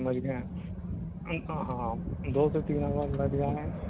مھ گ ہیں ہاں دو سے تین آوار ل جائیں